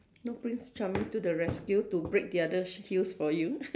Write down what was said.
no prince charming to the rescue to break the other sh~ heels for you